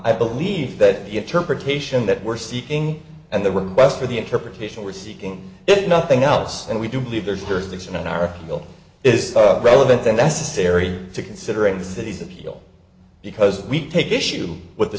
i believe that the interpretation that we're seeking and the request for the interpretation we're seeking if nothing else and we do believe there's jurisdiction in our bill is relevant then necessary to considering the city's appeal because we take issue with the